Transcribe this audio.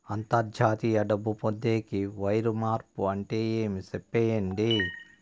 అంతర్జాతీయ డబ్బు పొందేకి, వైర్ మార్పు అంటే ఏమి? సెప్పండి?